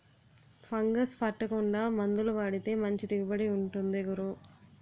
fungus పట్టకుండా మందులు వాడితే మంచి దిగుబడి ఉంటుంది గురూ